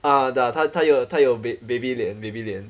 ah ya 她她有她有 ba~ baby 脸 baby 脸